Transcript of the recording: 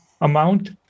amount